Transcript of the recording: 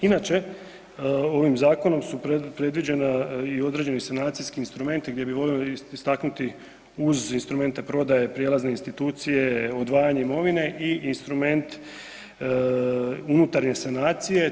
Inače, ovim zakonom su predviđena i određeni sanacijski instrumenti gdje bi voljeli istaknuti uz instrumente prodaje, prijelazne institucije, odvajanje imovine i instrument unutarnje sanacije.